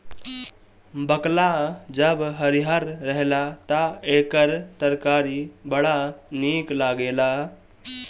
बकला जब हरिहर रहेला तअ एकर तरकारी बड़ा निक लागेला